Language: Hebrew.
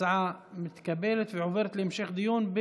ההצעה מתקבלת ועוברת להמשך דיון,